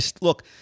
Look